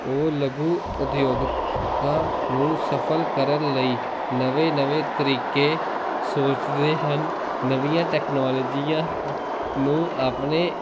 ਉਹ ਲਘੂ ਉਦਯੋਗਤਾ ਨੂੰ ਸਫਲ ਕਰਨ ਲਈ ਨਵੇਂ ਨਵੇਂ ਤਰੀਕੇ ਸੋਚਦੇ ਹਨ ਨਵੀਆਂ ਟੈਕਨੋਲੋਜੀਆਂ ਨੂੰ ਆਪਣੇ